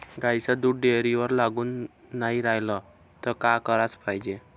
गाईचं दूध डेअरीवर लागून नाई रायलं त का कराच पायजे?